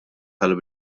tal